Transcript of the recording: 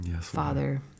father